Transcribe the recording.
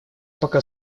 пока